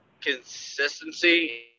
consistency